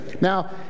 Now